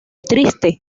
triste